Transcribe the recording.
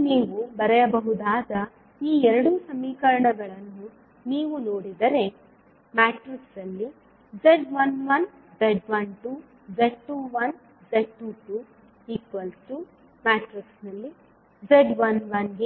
ಈಗ ನೀವು ಬರೆಯಬಹುದಾದ ಈ 2 ಸಮೀಕರಣಗಳನ್ನು ನೀವು ನೋಡಿದರೆ z11 z12 z21 z22 z11az11b